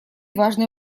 важный